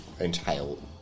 entail